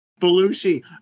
Belushi